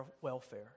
welfare